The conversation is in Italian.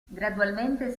gradualmente